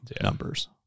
numbers